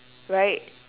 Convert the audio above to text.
right